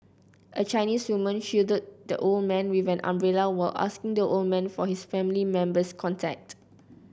a Chinese woman shielded the old man with an umbrella while asking the old man for his family member's contact